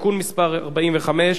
(תיקון מס' 21)